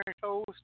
toast